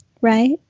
right